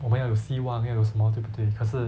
我们要有希望要有什么对不对可是